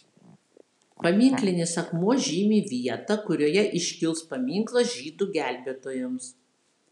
paminklinis akmuo žymi vietą kurioje iškils paminklas žydų gelbėtojams